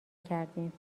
کردیم